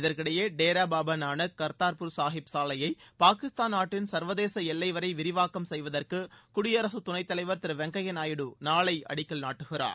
இதற்கிடையே டேரா பாபா நானக் கர்தாாபூர் சாஹிப் சாலையை பாகிஸ்தான் நாட்டின் சர்வதேச எல்லை வரை விரிவாக்கம் செய்வதற்கு குடியரசுத் துணைத் தலைவர் திரு வெங்கையா நாயுடு நாளை அடிக்கல் நாட்டுகிறார்